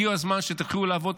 הגיע הזמן שתתחילו לעבוד,